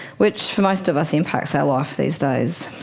which for most of us impacts our life these days.